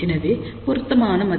எனவே பொருத்தமான மதிப்பு என்ன